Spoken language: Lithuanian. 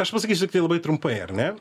aš pasakysiu tai labai trumpai ar ne